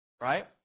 Right